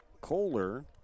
Kohler